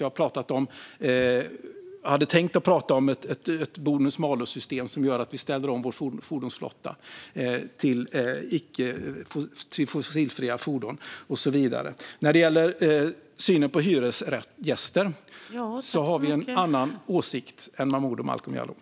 Jag hade tänkt prata om ett bonus malus-system som gör att vi ställer om vår fordonsflotta till fossilfria fordon, och så vidare. När det gäller synen på hyresgäster har vi en annan åsikt än Momodou Malcolm Jallow.